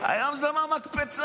היום זה מהמקפצה.